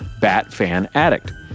BATFANADDICT